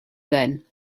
then